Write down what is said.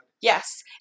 Yes